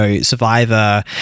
Survivor